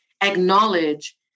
acknowledge